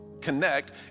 connect